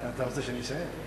אתה רוצה שאני אשאר?